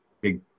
big